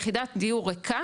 יחידת דיור ריקה,